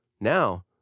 Now